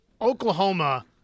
Oklahoma